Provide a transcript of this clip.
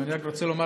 אני רק רוצה לומר,